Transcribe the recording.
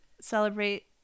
celebrate